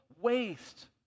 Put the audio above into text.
waste